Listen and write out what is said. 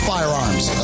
Firearms